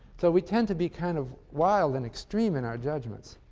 so we tend to be kind of wild and extreme in our judgments.